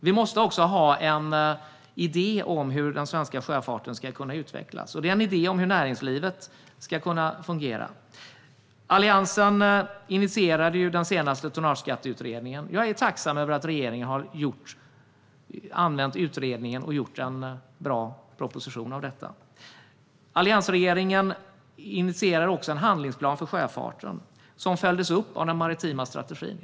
Vi måste också ha en idé om hur den svenska sjöfarten ska kunna utvecklas, och det är en idé om hur det svenska näringslivet ska kunna fungera. Alliansen initierade den senaste tonnageskatteutredningen. Jag är tacksam över att regeringen har använt utredningen och gjort en bra proposition av detta. Alliansregeringen initierade också en handlingsplan för sjöfarten som följdes upp av den maritima strategin.